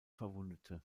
verwundete